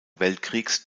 weltkriegs